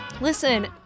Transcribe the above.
listen